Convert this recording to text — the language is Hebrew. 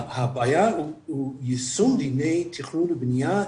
הבעיה היא יישום דיני תכנון ובנייה,